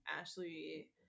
Ashley